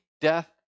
death